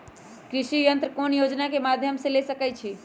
कृषि यंत्र कौन योजना के माध्यम से ले सकैछिए?